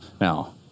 Now